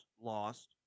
lost